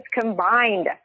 combined